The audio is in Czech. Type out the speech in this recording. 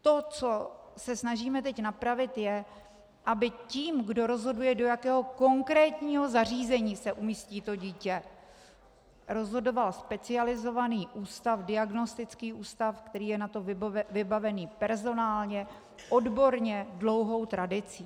To, co se snažíme teď napravit, je, aby tím, kdo rozhoduje, do jakého konkrétního zařízení se umístí dítě, byl specializovaný ústav, diagnostický ústav, který je na to vybavený personálně, odborně dlouhou tradicí.